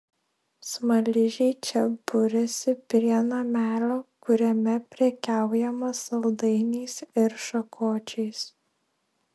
smaližiai čia buriasi prie namelio kuriame prekiaujama saldainiais ir šakočiais